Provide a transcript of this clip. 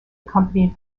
accompanied